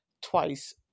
twice